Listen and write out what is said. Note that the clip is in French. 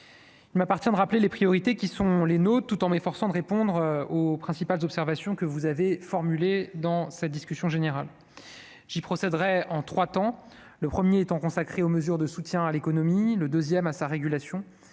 il m'appartient de rappeler les priorités qui sont les nôtres, tout en m'efforçant de répondre aux principales observations que vous avez formulées dans cette discussion générale qu'procéderait en 3 temps : le 1er étant consacré aux mesures de soutien à l'économie, le deuxième à sa régulation